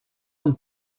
amb